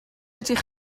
ydych